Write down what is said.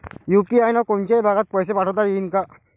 UPI न कोनच्याही भागात पैसे पाठवता येईन का?